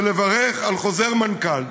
ולברך על חוזר המנכ"ל,